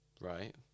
Right